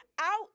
out